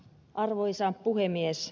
arvoisa puhemies